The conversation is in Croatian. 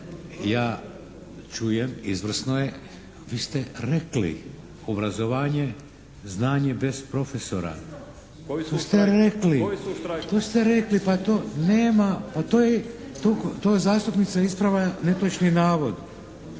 ja čujem izvrsno je, vi ste rekli obrazovanje znanje bez profesora. To ste rekli, pa to nema, pa to zastupnica ispravlja netočni navod.